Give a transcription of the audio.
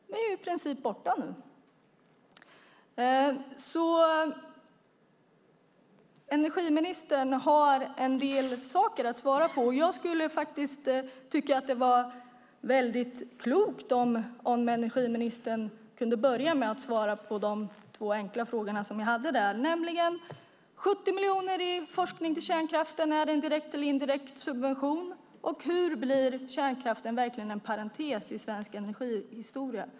De är i princip borta nu. Energiministern har en del frågor att svara på. Jag skulle tycka att det var mycket klokt om energiministern kunde börja med att svara på de två enkla frågor som jag hade, nämligen: 70 miljoner till forskning på kärnkraft - är det direkt eller indirekt subvention? Hur blir kärnkraften verkligen en parentes i svensk energihistoria?